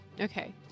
Okay